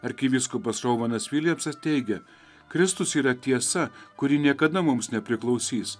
arkivyskupas rovanas viljamsas teigia kristus yra tiesa kuri niekada mums nepriklausys